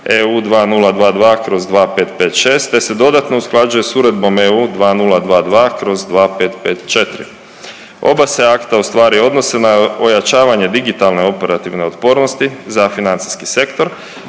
EU 2022/2556 te se dodatno usklađuje s Uredbom EU 2022/2554. Oba se akta ustvari odnose na ojačavanje digitalne operativne otpornosti za financijski sektor,